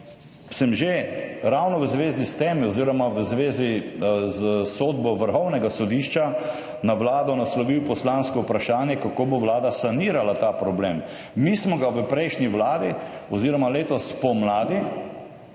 sem ravno v zvezi s tem oziroma v zvezi s sodbo Vrhovnega sodišča na Vlado naslovil poslansko vprašanje, kako bo Vlada sanirala ta problem. Mi smo ga v prejšnji vladi oziroma letos spomladi